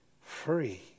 free